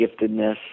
giftedness